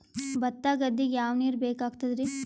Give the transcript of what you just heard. ಭತ್ತ ಗದ್ದಿಗ ಯಾವ ನೀರ್ ಬೇಕಾಗತದರೀ?